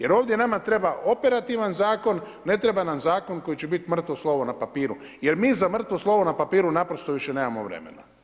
Jer ovdje nama treba operativan zakon, ne treba nam zakon koji će biti mrtvo slovo na papiru jer mi za mrtvo slovo na papiru naprosto više nemamo vremena.